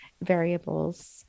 variables